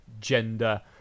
gender